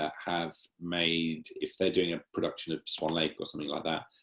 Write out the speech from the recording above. have made if they are doing a production of swan lake or something like that,